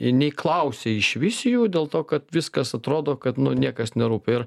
nei klausia išvis jų dėl to kad viskas atrodo kad niekas nerūpi ir